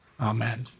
Amen